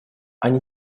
они